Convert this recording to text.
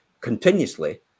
continuously